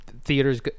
Theaters